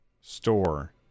store